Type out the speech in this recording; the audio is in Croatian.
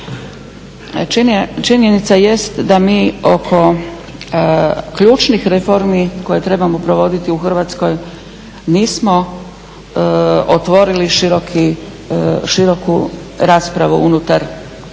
Činjenica jest da mi oko ključnih reformi koje trebamo provoditi u Hrvatskoj nismo otvorili široku raspravu unutar hrvatskoga